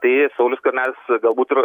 tai saulius skvernelis galbūt ir